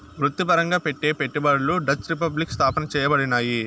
వృత్తిపరంగా పెట్టే పెట్టుబడులు డచ్ రిపబ్లిక్ స్థాపన చేయబడినాయి